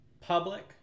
Public